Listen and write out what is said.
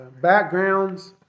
backgrounds